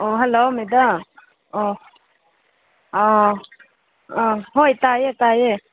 ꯑꯣ hello madam ꯑꯣ ꯑꯥ ꯑꯥ ꯍꯣꯏ ꯇꯥꯏꯌꯦ ꯇꯥꯏꯌꯦ